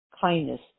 kindness